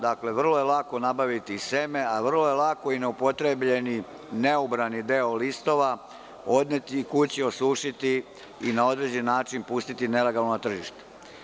Dakle, vrlo je lako nabaviti seme, a vrlo je lako i neupotrebljeni, neubrani deo listova odneti kući, osušiti i na određen način pustiti nelegalno na tržište.